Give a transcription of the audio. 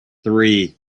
three